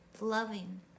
loving